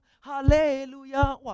hallelujah